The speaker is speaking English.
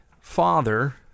father